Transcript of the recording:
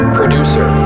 producer